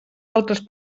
altres